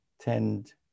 tend